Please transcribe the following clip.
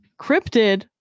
cryptid